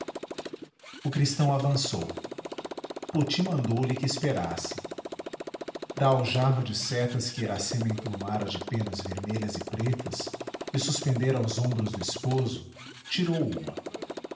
o cristão avançou poti mandou-lhe que esperasse da aljava de setas que iracema emplumara de penas vermelhas e pretas e suspendera aos ombros do esposo tirou uma